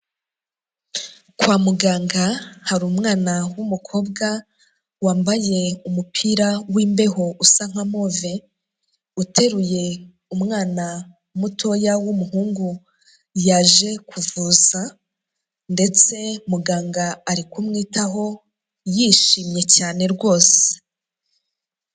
Kwa muganga hari umwana w'umukobwa wambaye umupira w'imbeho usa nka move uteruye umwana mutoya w'umuhungu yaje kuvuza ndetse muganga ari kumwitaho yishimye cyane rwose.